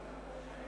שלו.